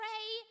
Pray